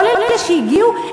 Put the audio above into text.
כל אלה שהגיעו,